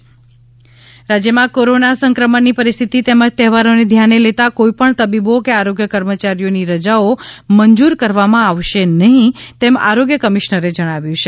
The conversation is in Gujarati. રજા નામંજૂર રાજથમાં કોરોના સંક્રમણની પરિસ્થિતિ તેમજ તહેવારો ને ધ્યાને લેતાં કોઇપણ તબીબો કે આરોગ્ય કર્મચારીઓની રજાઓ મંજુર કરવામાં આવશે નહીં તેમ આરોગ્ય કમિશનરે જણાવ્યું છે